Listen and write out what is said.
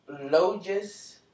logis